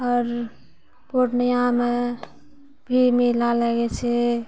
आओर पूर्णियाँमे भी मेला लगै छै